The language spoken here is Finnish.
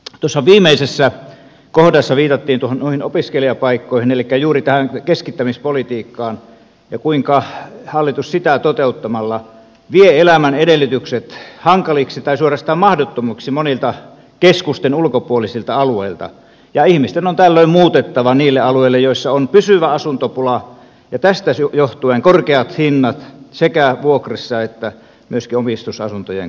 tuossa viimeisessä kohdassa viitattiin noihin opiskelijapaikkoihin elikkä juuri tähän keskittämispolitiikkaan ja siihen kuinka hallitus sitä toteuttamalla vie elämän edellytykset hankaliksi tai suorastaan mahdottomiksi monilta keskusten ulkopuolisilta alueilta ja ihmisten on tällöin muutettava niille alueille joissa on pysyvä asuntopula ja tästä johtuvat korkeat hinnat sekä vuokrissa että myöskin omistusasuntojen kohdalla